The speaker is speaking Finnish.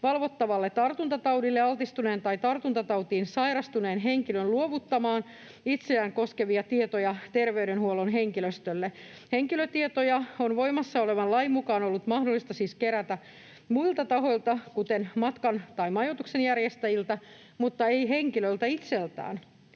valvottavalle tartuntataudille altistuneen tai tartuntatautiin sairastuneen henkilön luovuttamaan itseään koskevia tietoja terveydenhuollon henkilöstölle. Henkilötietoja on voimassa olevan lain mukaan ollut mahdollista siis kerätä muilta tahoilta, kuten matkan- tai majoituksen järjestäjiltä, mutta ei henkilöltä itseltään.